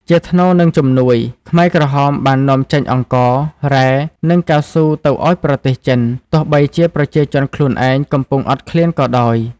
ជាថ្នូរនឹងជំនួយ ខ្មែរក្រហមបាននាំចេញអង្ករ រ៉ែ និងកៅស៊ូទៅឱ្យប្រទេសចិន ទោះបីជាប្រជាជនខ្លួនឯងកំពុងអត់ឃ្លានក៏ដោយ។